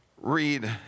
read